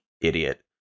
Idiot